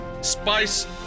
spice